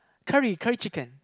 curry curry chicken